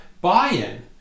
buy-in